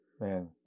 Man